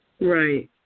Right